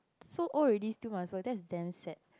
so old already still must work that's damn sad